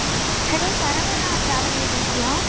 hello Saravana travel ஏஜென்சியா